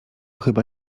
chyba